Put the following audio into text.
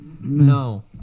no